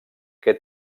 que